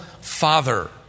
father